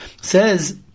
says